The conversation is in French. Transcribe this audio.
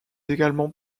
également